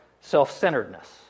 self-centeredness